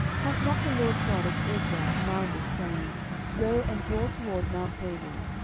hath not the lord god of israel commanded, saying go and draw toward mount tabor,